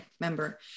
member